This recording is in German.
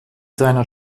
seiner